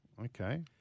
Okay